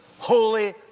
Holy